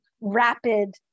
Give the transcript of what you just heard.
rapid